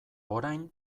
orain